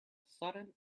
sudden